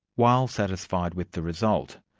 while satisfied with the result,